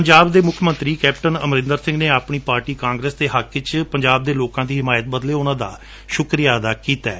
ਪੰਜਾਬ ਦੇ ਮੁੱਖ ਮੰਤਰੀ ਕੈਪਟਨ ਅਮਰੰਦਰ ਸਿੰਘ ਨੇ ਆਪਣੀ ਪਾਰਟੀ ਕਾਂਗਰਸ ਦੇ ਹੱਕ ਵਿਚ ਪੰਜਾਬ ਦੇ ਲੋਕਾਂ ਦੀ ਹਿਮਾਇਤ ਬਦਲੇ ਉਨਾਂ ਦਾ ਸੁਕਰੀਆ ਅਦਾ ਕੀਤੈ